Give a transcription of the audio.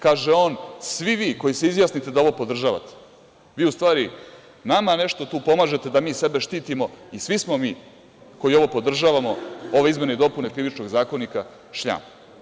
Kaže on – Svi vi koji se izjasnite da ovo podržavate, vi, u stvari, nama nešto tu pomažete da mi sebe štitimo i svi smo mi koji ovo podržavamo, ove izmene i dopune Krivičnog zakonika, šljam.